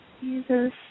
Jesus